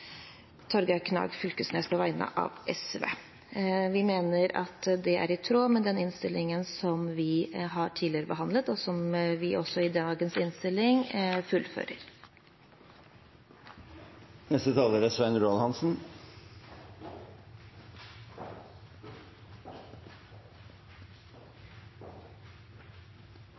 Torgeir Knag Fylkesnes på vegne av SV. Vi mener det er i tråd med den innstillingen som vi har behandlet tidligere, og som vi fullfører i dagens innstilling.